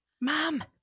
Mom